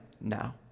now